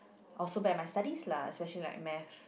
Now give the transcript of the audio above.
or so bad my study lah especially like Math